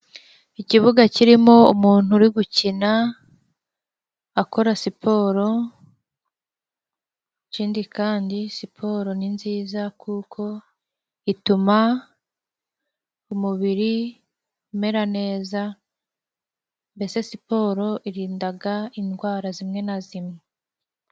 Ikibuga kirimo umuntu uri gukina akora siporo, ikindi kandi siporo ni nziza kuko ituma umubiri umera neza. Mbese siporo irindaga indwara zimwe na zimwe.